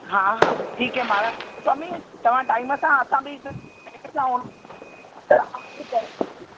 हा हा ठीकु है महाराज स्वामी तव्हां टाइम सां असां बि